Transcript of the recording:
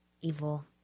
evil